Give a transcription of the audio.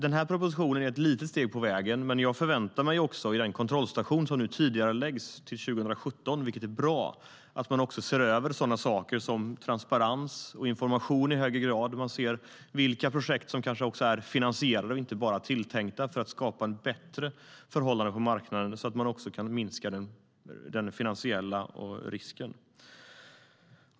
Den här propositionen är ett litet steg på vägen, men jag förväntar mig i den kontrollstation som nu tidigareläggs till 2017, vilket är bra, att man också ser över sådana saker som transparens och information så att man i högre grad ser vilka projekt som är finansierade och inte bara tilltänkta för att skapa bättre förhållanden på marknaden så att man också kan minska den finansiella risken.